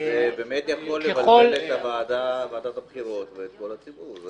זה יכול לבלבל את ועדת הבחירות ואת כל הציבור.